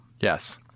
Yes